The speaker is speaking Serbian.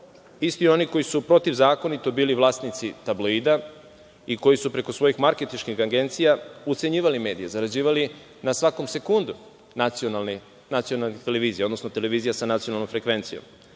isti oni koji su protivzakonito bili vlasnici tabloida i koji su preko svojih marketinških agencija ucenjivali medije, zarađivali na svakom sekundu nacionalne televizije, odnosno televizije sa nacionalnom frekvencijom?